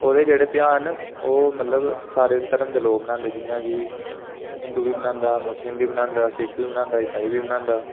ओह्दे जेह्ड़े ध्यार न ओह् मतलब सारे धर्म दे लोक मनांदे न जि'यां के हिन्दू बी मनांदा मुस्लिम बी मनांदा सिक्ख बी मनांदा ते ईसाई बी मनांदा